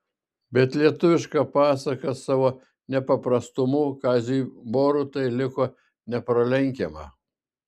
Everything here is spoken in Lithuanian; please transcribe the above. bet lietuviška pasaka savo nepaprastumu kaziui borutai liko nepralenkiama